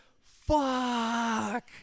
fuck